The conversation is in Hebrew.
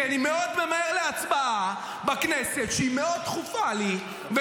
כי אני מאוד ממהר להצבעה בכנסת שהיא דחופה לי מאוד,